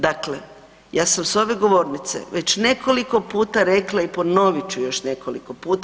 Dakle, ja sam s ove govornice već nekoliko puta rekla i ponovit ću još nekoliko puta.